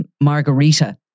Margarita